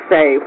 Say